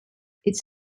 its